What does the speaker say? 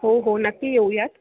हो हो नक्की येऊयात